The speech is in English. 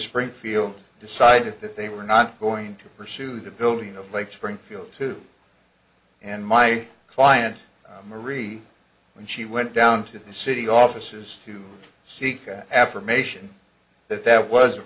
springfield decided that they were not going to pursue the building of lake springfield two and my client marie when she went down to the city offices to seek an affirmation that that was a